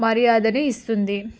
మర్యాదని ఇస్తుంది